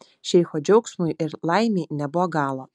šeicho džiaugsmui ir laimei nebuvo galo